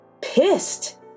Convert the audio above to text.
pissed